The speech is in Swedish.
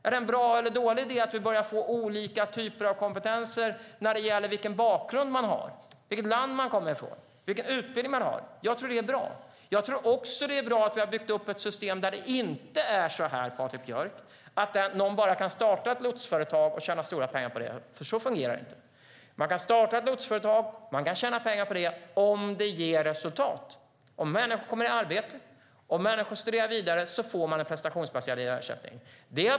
Är det en bra eller dålig idé att vi börjar få olika typer av kompetenser när det gäller vilken bakgrund man har, vilket land man kommer från och vilken utbildning man har? Jag tror att det är bra. Jag tror också att det är bra att vi har byggt upp ett system där det inte, Patrik Björck, är så att någon bara kan starta ett lotsföretag och tjäna stora pengar på det, för så fungerar det inte. Man kan starta ett lotsföretag, och man kan tjäna pengar på det - om det ger resultat. Om människor kommer i arbete, om människor studerar vidare får man en prestationsbaserad ersättning.